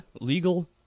legal